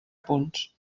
punts